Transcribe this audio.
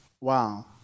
Wow